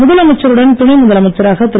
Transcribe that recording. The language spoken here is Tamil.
முதலமைச்சருடன் துணை முதலமைச்சராக திரு